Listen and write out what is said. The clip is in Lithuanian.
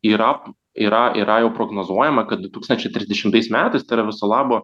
yra yra yra jau prognozuojama kad du tūkstančiai trisdešimtais metais tai yra viso labo